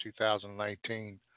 2019